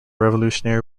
revolutionary